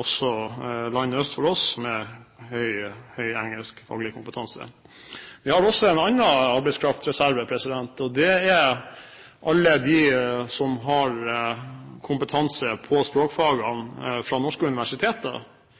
også i land øst for oss har man høy engelskfaglig kompetanse. Vi har også en annen arbeidskraftreserve, og det er alle dem som har kompetanse på språkfagene fra norske universiteter,